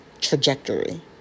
trajectory